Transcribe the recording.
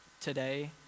today